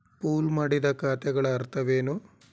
Pool ಮಾಡಿದ ಖಾತೆಗಳ ಅರ್ಥವೇನು?